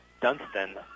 Dunstan